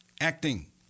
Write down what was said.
acting